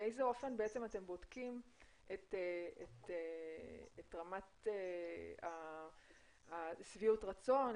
באיזה אופן אתם בודקים את רמת שביעות הרצון,